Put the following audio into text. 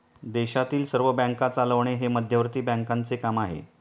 देशातील सर्व बँका चालवणे हे मध्यवर्ती बँकांचे काम आहे